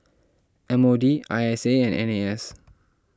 M O D I S A and N A S